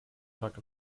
fragt